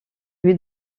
lui